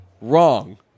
Wrong